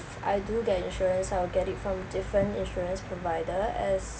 I do get insurance I'll get it from different insurance provider as